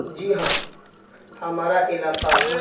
جی ہاں ہمارا علاقہ